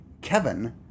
Kevin